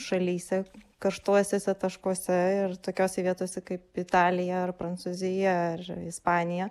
šalyse karštuosiuose taškuose ir tokiose vietose kaip italija ar prancūzija ar ispanija